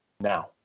now